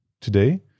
today